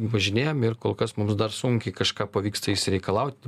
važinėjam ir kol kas mums dar sunkiai kažką pavyksta išsireikalaut